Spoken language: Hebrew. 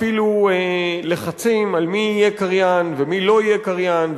ואפילו לחצים על מי יהיה קריין ומי לא יהיה קריין,